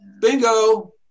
bingo